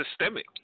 systemic